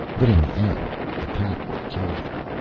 but in the end the pack would kill them.